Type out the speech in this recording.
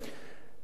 כשלעצמי,